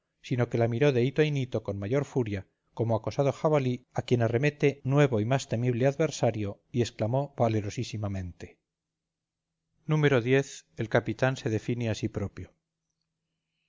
sino que la miró de hito en hito con mayor furia como acosado jabalí a quien arremete nuevo y más temible adversario y exclamó valerosísimamente x el capitán se define a sí propio